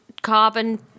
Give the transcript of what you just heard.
Carbon